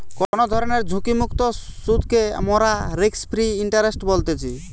কোনো ধরণের ঝুঁকিমুক্ত সুধকে মোরা রিস্ক ফ্রি ইন্টারেস্ট বলতেছি